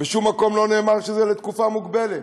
בשום מקום לא נאמר שזה לתקופה מוגבלת.